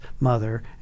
mother